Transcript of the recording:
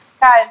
Guys